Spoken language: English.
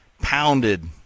pounded